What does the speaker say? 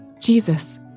Jesus